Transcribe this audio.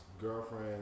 girlfriend